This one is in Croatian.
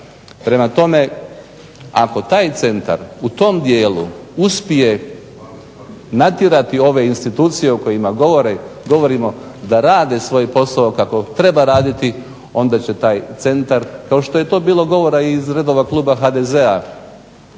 Prema tome, ako taj centar u tom dijelu uspije natjerati ove institucije o kojima govorimo da rade svoj posao kako treba raditi, onda će taj centar kao što je to bilo govora iz redova kluba HDZ-a